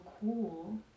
cool